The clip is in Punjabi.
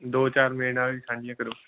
ਦੋ ਚਾਰ ਮੇਰੇ ਨਾਲ ਵੀ ਸਾਂਝੀਆਂ ਕਰੋ